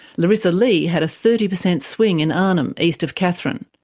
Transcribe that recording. larisa lee had a thirty percent swing in arnhem, east of katherine.